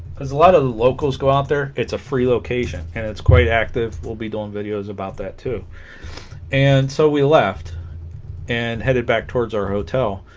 there's a lot of locals go out there it's a free location and it's quite active we'll be doing videos about that too and so we left and headed back towards our hotel